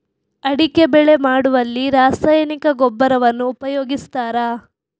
ಅಡಿಕೆ ಬೆಳೆ ಮಾಡುವಲ್ಲಿ ರಾಸಾಯನಿಕ ಗೊಬ್ಬರವನ್ನು ಉಪಯೋಗಿಸ್ತಾರ?